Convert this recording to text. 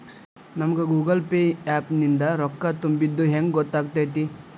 ನಮಗ Google Pay app ನಿಂದ ರೊಕ್ಕಾ ತುಂಬಿದ್ದ ಹೆಂಗ್ ಗೊತ್ತ್ ಆಗತೈತಿ?